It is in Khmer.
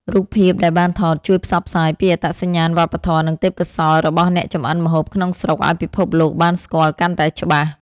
រូបភាពដែលបានថត ជួយផ្សព្វផ្សាយពីអត្តសញ្ញាណវប្បធម៌ និងទេពកោសល្យរបស់អ្នកចម្អិនម្ហូបក្នុងស្រុកឱ្យពិភពលោកបានស្គាល់កាន់តែច្បាស់។